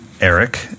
Eric